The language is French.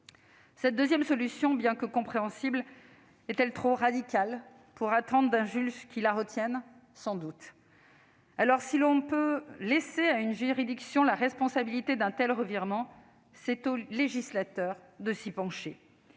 Cette seconde solution est bien sûr compréhensible ; est-elle trop radicale pour qu'un juge la retienne ? Sans doute. Si l'on ne peut laisser à une juridiction la responsabilité d'un tel revirement, c'est au législateur de se pencher